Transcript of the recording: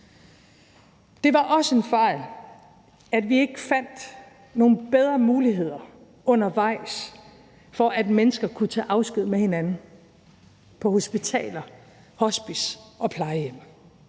Det var også en fejl, at vi ikke fandt nogle bedre muligheder undervejs for, at mennesker kunne tage afsked med hinanden på hospitaler, hospicer og plejehjem.